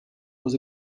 was